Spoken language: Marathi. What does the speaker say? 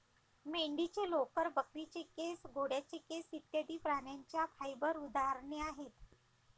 मेंढीचे लोकर, बकरीचे केस, घोड्याचे केस इत्यादि प्राण्यांच्या फाइबर उदाहरणे आहेत